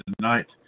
tonight